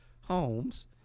homes